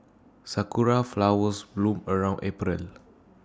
Sakura Flowers bloom around April